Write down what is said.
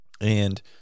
and-